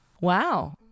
Wow